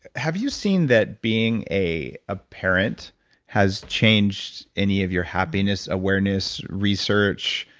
have you seen that being a ah parent has changed any of your happiness awareness research,